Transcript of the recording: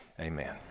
amen